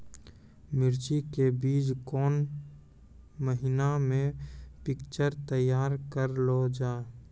मिर्ची के बीज कौन महीना मे पिक्चर तैयार करऽ लो जा?